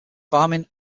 farming